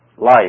life